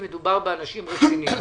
מדובר באנשים רציניים